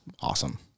awesome